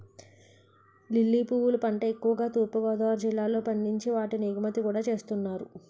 lily పువ్వుల పంట ఎక్కువుగా తూర్పు గోదావరి జిల్లాలో పండించి వాటిని ఎగుమతి కూడా చేస్తున్నారు